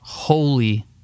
Holy